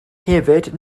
hefyd